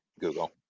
Google